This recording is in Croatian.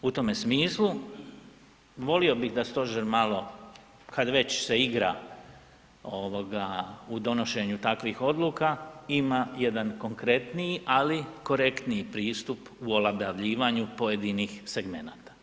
U tome smislu volio bih da stožer malo kad već se igra ovoga u donošenju takvih odluka ima jedan konkretniji, ali korektniji pristup u olabljivanju pojedinih segmenata.